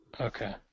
Okay